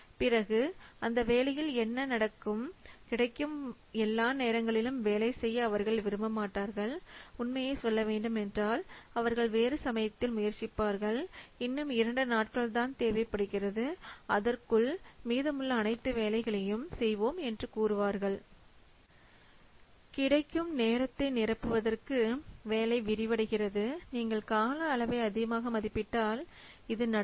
பிறகு அந்த வேலையில் என்ன நடக்கும் கிடைக்கும் எல்லா நேரங்களிலும் வேலை செய்ய அவர்கள் விரும்ப மாட்டார்கள் உண்மையைச் சொல்ல வேண்டும் என்றால் அவர்கள் வேறு சமயத்தில் முயற்சிப்பார்கள் இன்னும் இரண்டு நாட்கள் தான் தேவைப்படுகிறது அதற்குள் மீதமுள்ள அனைத்து வேலைகளையும் செய்வோம் என்று கூறுவார்கள் கிடைக்கும் நேரத்தை நிரப்புவதற்கு வேலை விரிவடைகிறது நீங்கள் கால அளவை அதிகமாக மதிப்பிட்டால் இது நடக்கும்